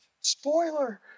spoiler